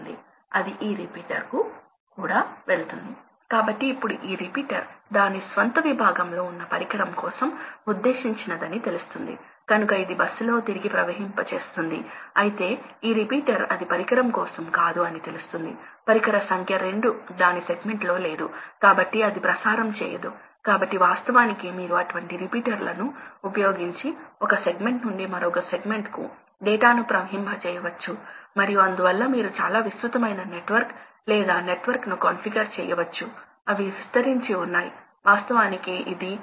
కాబట్టి ప్రాథమికంగా డాంపర్స్ కూడా ఇలాంటివి కాబట్టి మీరు ఫ్యాన్ యొక్క అవుట్లెట్ వద్ద డాంపర్ ఉంచండి కాబట్టి ప్రాథమికంగా డంపర్ రెసిస్టన్స్ ఉంటుంది మరియు గాలి స్పష్టంగా ప్రవహించటానికి అనుమతించదు తద్వారా మీరు ప్రవాహం తగ్గించడానికి ప్రయత్నిస్తారు ఇది ఒక ఇది సరళమైన ఫ్లో కంట్రోల్ పద్ధతి ఎందుకంటే డాంపర్లో ఒక నిర్దిష్ట రెసిస్టన్స్ ను సృష్టించడానికి లేదా ఒక నిర్దిష్ట డాంపెనర్ యాంగల్ ని సృష్టించడానికి అవసరమైన కంట్రోల్స్ వాస్తవానికి చాలా సులభం